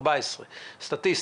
סטטיסטית.